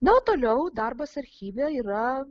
na o toliau darbas archyve yra